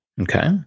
Okay